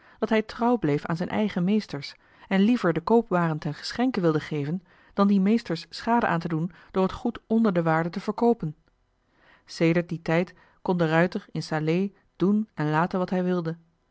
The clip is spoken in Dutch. dat hij trouw bleef aan zijn eigen meesters en liever de koopwaren ten geschenke wilde geven dan dien meesters schade aan te doen door het goed onder de waarde te verkoopen sedert dien tijd kon de ruijter in salé doen en laten wat hij wilde